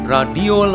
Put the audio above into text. Radio